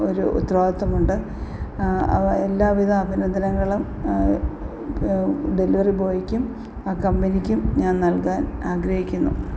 ഒരു ഉത്തരവാദിത്തമുണ്ട് അപ്പോള് എല്ലാ വിധ അഭിനന്ദനങ്ങളൂം ഡെലിവറി ബോയ്ക്കും ആ കമ്പനിക്കും ഞാൻ നല്കാൻ ആഗ്രഹിക്കുന്നു